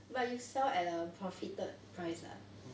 but you sell at a profited price ah